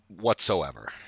Whatsoever